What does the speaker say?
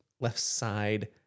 left-side